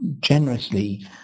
generously